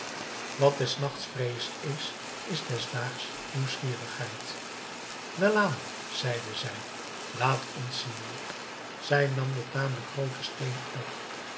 wat des nachts vrees is is des daags nieuwsgierigheid welaan zeide zij laat ons zien zij nam den tamelijk grooten steen op